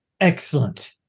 Excellent